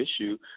issue